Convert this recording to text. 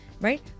right